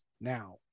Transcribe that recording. now